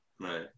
Right